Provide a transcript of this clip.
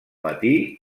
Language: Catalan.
matí